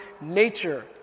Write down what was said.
nature